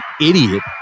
idiot